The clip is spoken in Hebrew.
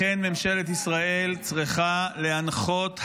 לכן, ממשלת ישראל צריכה להנחות היום,